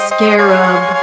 Scarab